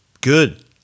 good